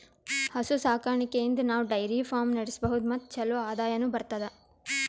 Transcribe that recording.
ಹಸು ಸಾಕಾಣಿಕೆಯಿಂದ್ ನಾವ್ ಡೈರಿ ಫಾರ್ಮ್ ನಡ್ಸಬಹುದ್ ಮತ್ ಚಲೋ ಆದಾಯನು ಬರ್ತದಾ